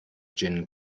jin